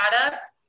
products